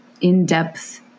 in-depth